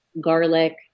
garlic